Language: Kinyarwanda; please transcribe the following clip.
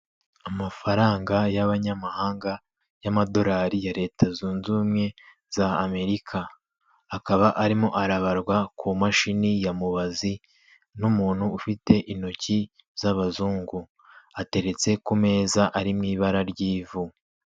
Amafaranga y'abanyamahanga y'amadorari ya leta zunze ubumwe za Amerika, akaba arimo arabarwa ku mashini ya mubazi n'umuntu ufite intoki z'abazungu, ateretse ku meza ari mu ibara ry'ivu.